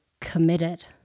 committed